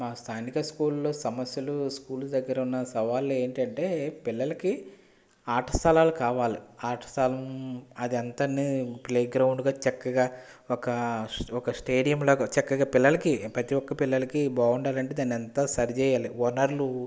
నా స్థానిక స్కూల్లో సమస్యలు స్కూలు దగ్గర ఉన్న సవాళ్ళు ఏంటంటే పిల్లలకి ఆట స్థలాలు కావాలి ఆట స్థ అది ఎంతని ప్లేగ్రౌండ్గా చక్కగా ఒక స్టేడియం లాగా చక్కగా పిల్లలకి ప్రతి ఒక్క పిల్లలకి బాగుండాలంటే దాన్ని అంతా సరిచెయ్యాలి ఓనర్లు